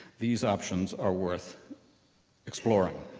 these options are worth exploring.